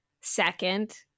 Second